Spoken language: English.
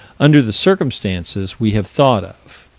under the circumstances we have thought of.